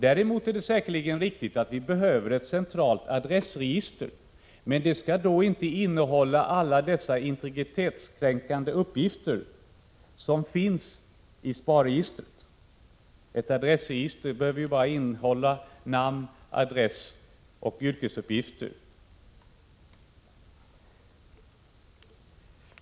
Däremot är det säkerligen riktigt att vi behöver ett centralt adressregister — men det skall inte innehålla alla dessa integritetskänsliga uppgifter, som finns i SPAR-registret. Ett adressregister behöver bara innehålla namn, adress och yrkesuppgifter.